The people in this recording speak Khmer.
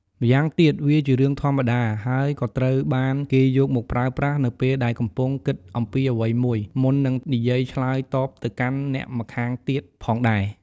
ម្យ៉ាងទៀត វាជារឿងធម្មតា ហើយក៏ត្រូវបានគេយកមកប្រើប្រាស់នៅពេលដែលកំពុងគិតអំពីអ្វីមួយមុននឹងនិយាយឆ្លើយតបទៅកាន់អ្នកម្ខាងទៀតផងដែរ។